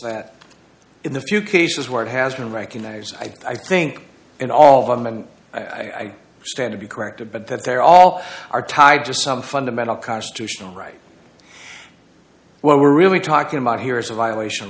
that in the few cases where it has been recognised i think in all of them and i stand to be corrected but that they're all are tied to some fundamental constitutional right what we're really talking about here is a violation of